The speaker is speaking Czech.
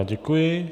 Děkuji.